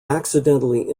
accidentally